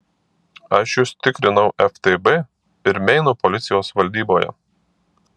aš jus tikrinau ftb ir meino policijos valdyboje